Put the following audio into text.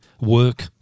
work